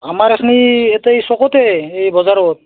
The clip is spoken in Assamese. আমাৰ এইখিনি ইয়াতেই চকতে এই বজাৰত